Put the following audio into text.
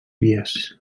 vies